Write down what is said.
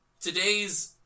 today's